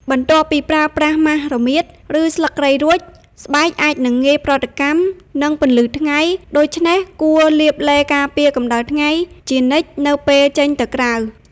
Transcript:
បន្ទាប់ពីប្រើប្រាស់ម៉ាសរមៀត ឬស្លឹកគ្រៃរួច ស្បែកអាចនឹងងាយប្រតិកម្មនឹងពន្លឺថ្ងៃ ដូច្នេះគួរលាបឡេការពារកម្ដៅថ្ងៃជានិច្ចនៅពេលចេញទៅក្រៅ។